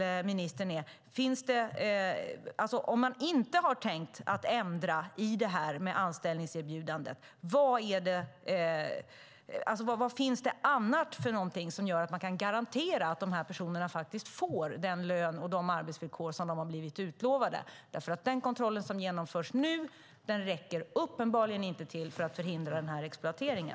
Om regeringen inte har tänkt ändra i det här med anställningserbjudandet, finns det i så fall något annat som gör att man kan garantera att dessa personer får den lön och de arbetsvillkor som de har blivit utlovade? Den kontroll som genomförs nu räcker uppenbarligen inte till för att förhindra exploatering.